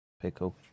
Pickle